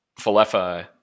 Falefa